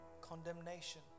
condemnation